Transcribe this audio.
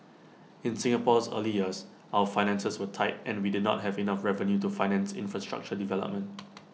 in Singapore's early years our finances were tight and we did not have enough revenue to finance infrastructure development